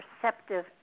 perceptive